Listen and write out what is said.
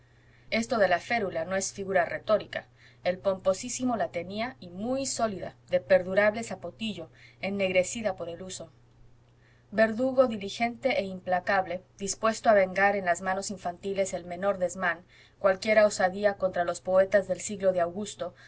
esto de la férula no es figura retórica el pomposísimo la tenía y muy sólida de perdurable zapotillo ennegrecida por el uso verdugo diligente e implacable dispuesto a vengar en las manos infantiles el menor desmán cualquiera osadía contra los poetas del siglo de augusto